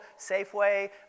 Safeway